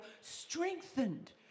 strengthened